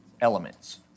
elements